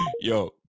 Yo